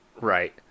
Right